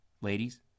ladies